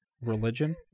religion